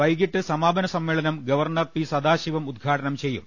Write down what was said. വൈകീട്ട് സമാപനസമ്മേളനം governor P Sathasivam ഉദ്ഘാടനം ചെയ്യും